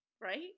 right